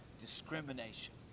discrimination